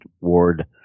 Ward